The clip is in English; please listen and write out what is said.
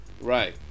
Right